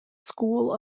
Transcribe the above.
school